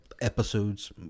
episodes